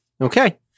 okay